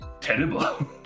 terrible